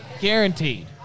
Guaranteed